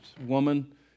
woman